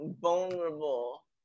vulnerable